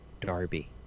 Darby